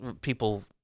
people